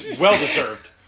Well-deserved